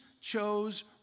chose